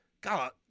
God